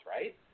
right